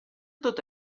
tot